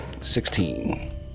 Sixteen